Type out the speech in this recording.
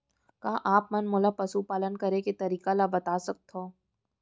का आप मन मोला पशुपालन करे के तरीका ल बता सकथव?